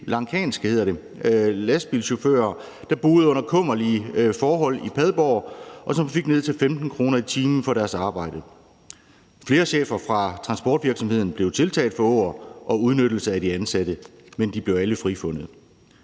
srilankanske lastbilchauffører, der boede under kummerlige forhold i Padborg, og som fik ned til 15 kr. i timen for deres arbejde. Flere chefer fra transportvirksomheden blev tiltalt for åger og udnyttelse af de ansatte, men de blev alle frifundet.